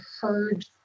heard